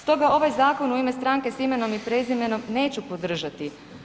Stoga ovaj zakon u ime Stranke s imenom i prezimenom neću podržati.